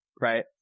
right